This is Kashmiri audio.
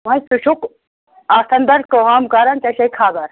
وۄنۍ ژٕ چھُکھ اَتھ اَنٛدَر کٲم کَران ژےٚ چھے خبر